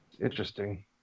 Interesting